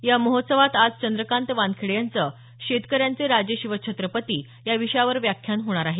या महोत्सवात आज चंद्रकांत वानखेडे यांचं शेतकऱ्यांचे राजे शिवछत्रपती याविषयावर व्याख्यान होणार आहे